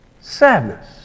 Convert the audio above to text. sadness